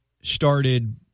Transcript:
started